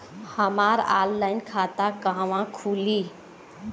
हमार ऑनलाइन खाता कहवा खुली?